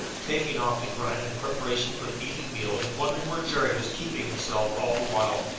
taking off the grime in preparation for the evening meal and wondering where jerry was keeping himself all the while,